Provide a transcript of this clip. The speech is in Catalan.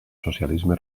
socialisme